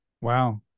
Wow